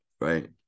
right